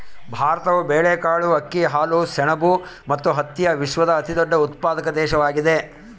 ಭಾರತವು ಬೇಳೆಕಾಳುಗಳು, ಅಕ್ಕಿ, ಹಾಲು, ಸೆಣಬು ಮತ್ತು ಹತ್ತಿಯ ವಿಶ್ವದ ಅತಿದೊಡ್ಡ ಉತ್ಪಾದಕ ದೇಶವಾಗಿದೆ